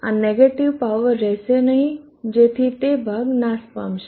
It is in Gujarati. આ નેગેટીવ પાવર રહેશે નહીં જેથી તે ભાગ નાશ પામશે